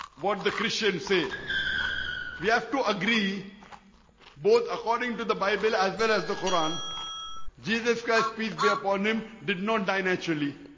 what the christians say we have to agree both according to the bible as well as the quran jesus christ peace be upon him did not die. naturally.